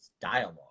dialogue